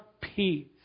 peace